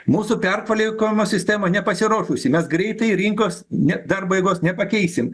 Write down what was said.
mūsų perkvalifikavimo sistema nepasiruošusi mes greitai rinkos ne darbo jėgos nepakeisim